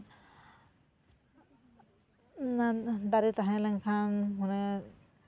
ᱚᱱᱟ ᱫᱟᱨᱮ ᱛᱟᱦᱮᱸᱞᱮᱱᱠᱷᱟᱱ ᱢᱟᱢᱮ